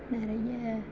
நிறைய